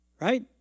Right